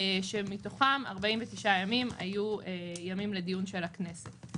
כשמתוכם 49 ימים היו ימים לדיון של הכנסת.